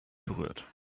berührt